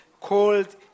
called